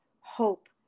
Hope